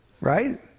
Right